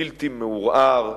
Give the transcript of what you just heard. בלתי מעורער.